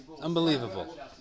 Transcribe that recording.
Unbelievable